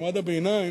מעמד הביניים,